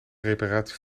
reparatie